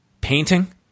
painting